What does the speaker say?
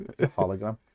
hologram